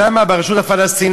שם, ברשות הפלסטינית.